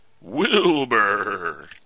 Wilbur